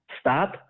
stop